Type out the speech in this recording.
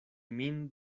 min